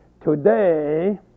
Today